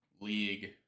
league